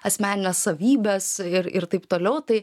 asmenines savybes ir ir taip toliau tai